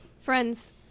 Friends